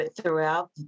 throughout